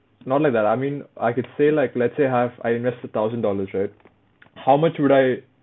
not like that I mean I could say like let's say I have I invested thousand dollars right how much would I